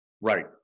Right